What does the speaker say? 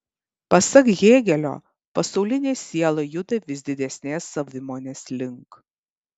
pasak hėgelio pasaulinė siela juda vis didesnės savimonės link